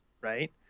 right